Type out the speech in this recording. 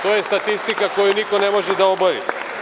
To je statistika koju niko ne može da obori.